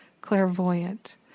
clairvoyant